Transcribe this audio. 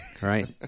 right